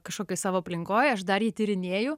kažkokioj savo aplinkoj aš dar jį tyrinėju